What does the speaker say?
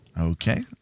Okay